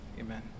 Amen